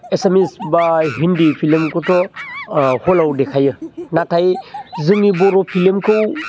एसामिस बा हिन्दी फिलमखौथ' ओ हलाव देखायो नाथाय जोंनि बर' फिलमखौ